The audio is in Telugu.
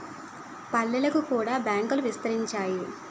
పల్లెలకు కూడా బ్యాంకులు విస్తరించాయి